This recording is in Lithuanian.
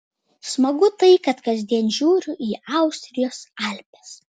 smagu tai kad kasdien žiūriu į austrijos alpes